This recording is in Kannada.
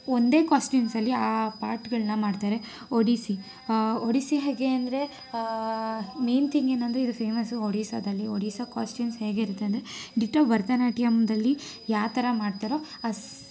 ಒಂದೇ ಕಾಸ್ಟ್ಯೂಮ್ಸಲ್ಲಿ ಆ ಪಾಟ್ಗಳನ್ನ ಮಾಡ್ತಾರೆ ಒಡಿಸ್ಸಿ ಒಡಿಸ್ಸಿ ಹೇಗೆ ಅಂದರೆ ಮೇನ್ ತಿಂಗ್ ಏನಂದರೆ ಇದು ಫೇಮಸ್ಸು ಒಡಿಸ್ಸಾದಲ್ಲಿ ಒಡಿಸ್ಸಾ ಕಾಸ್ಟ್ಯೂಮ್ಸ್ ಹೇಗೆ ಇರತ್ತೆ ಅಂದರೆ ಡಿಟೋ ಭರತನಾಟ್ಯಮ್ದಲ್ಲಿ ಯಾವ್ತರ ಮಾಡ್ತಾರೋ ಆ